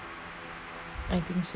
I think so ya